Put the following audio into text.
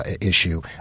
issue